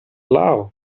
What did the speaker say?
love